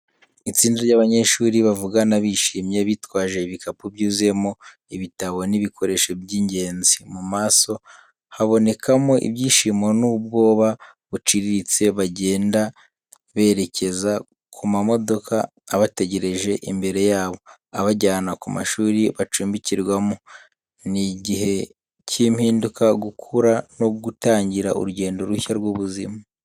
Itsinda ry'abanyeshuri, bavugana bishimye, bitwaje ibikapu byuzuyemo ibitabo n’ibikoresho by’ingenzi. Mu maso habonekamo ibyishimo n’ubwoba buciriritse. Bagenda berekeza ku mamodoka abategereje imbere yabo, abajyana ku mashuri bacumbikirwamo. Ni igihe cy’impinduka, gukura, no gutangira urugendo rushya rw’ubuzima.